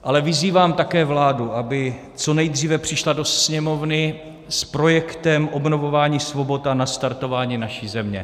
Ale vyzývám také vládu, aby co nejdříve přišla do Sněmovny s projektem obnovování svobod a nastartování naší země.